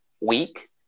week